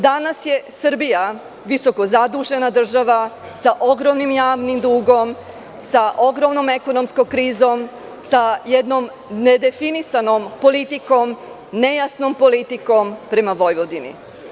Danas je Srbija visoko zadužena država sa ogromnim javnim dugom, sa ogromnom ekonomskom krizom, sa jednom ne definisanom politikom, nejasnom politikom prema Vojvodini.